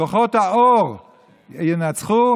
כוחות האור ינצחו.